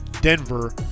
Denver